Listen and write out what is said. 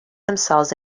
themselves